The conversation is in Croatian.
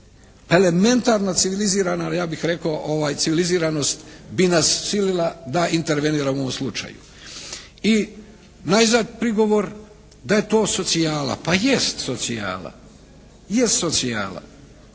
rekao civiliziranost bi nas silila da interveniramo u ovom slučaju. I naizad prigovor da je to socijala. Pa jest socijala.